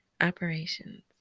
operations